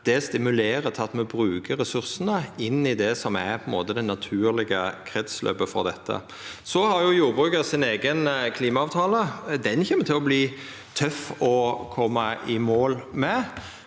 det stimulerer til at me bruker ressursane inn i det som er det naturlege kretsløpet for dette. Så har jordbruket sin eigen klimaavtale, og den kjem til å verta tøff å koma i mål med.